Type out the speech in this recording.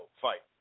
fight